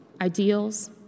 ideals